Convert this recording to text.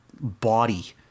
body